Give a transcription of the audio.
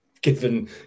given